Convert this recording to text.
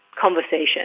conversation